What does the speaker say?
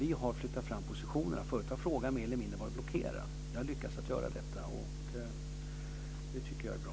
Vi har flyttat fram positionerna. Förut har frågan varit mer eller mindre blockerad. Vi har lyckats flytta fram positionerna, och det tycker jag är bra.